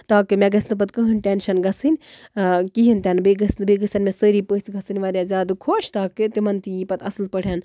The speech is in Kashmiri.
تاکہِ مےٚ گژھِ نہٕ پَتہٕ کٔہینۍ ٹینشَن گژھٕنۍ کِہینۍ تہِ نہٕ بیٚیہِ گٔژھ نہٕ بیٚیہِ گژھن مےٚ سٲری پٔژھۍ گژھٕنۍ واریاہ زیادٕ خۄش تاکہِ تِمن تہِ یہِ پَتہٕ اَصٕل پٲٹھۍ